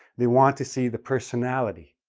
they want to see the personality,